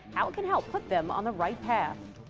how can help put them on the right path.